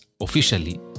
officially